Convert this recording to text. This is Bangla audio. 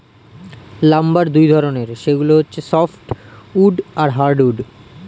লাম্বার দুই ধরনের, সেগুলো হচ্ছে সফ্ট উড আর হার্ড উড